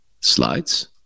Slides